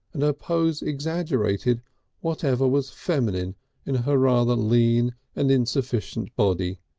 and her pose exaggerated whatever was feminine in her rather lean and insufficient body,